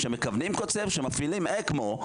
כשמפעילים אקמו,